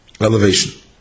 elevation